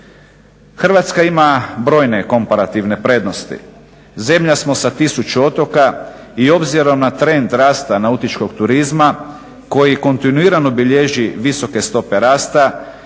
Hrvatska ima brojne komparativne prednosti, zemlja samo sa tisuću otoka i obzirom na trend rasta nautičkog turizma koji kontinuirano bilježi visoke stope rasta